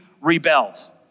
rebelled